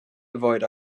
avoid